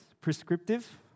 prescriptive